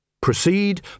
Proceed